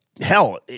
Hell